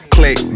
Click